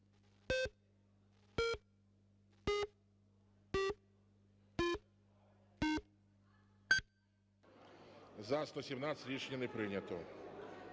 За-147 Рішення не прийнято.